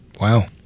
Wow